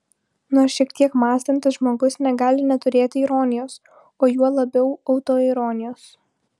nors šiek tiek mąstantis žmogus negali neturėti ironijos o juo labiau autoironijos